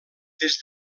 des